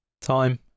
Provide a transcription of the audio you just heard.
Time